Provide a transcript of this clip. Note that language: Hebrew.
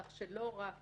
כך שלא רק